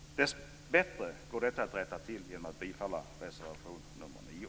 Dessbättre går detta att rätta till genom ett bifall till reservation nr 9.